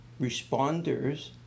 Responders